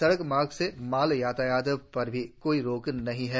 सड़क मार्ग से माल यातायात पर भी कोई रोक नहीं है